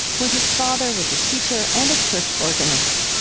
where his father was a teacher and a church organist